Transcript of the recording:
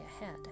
ahead